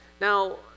now